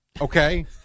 Okay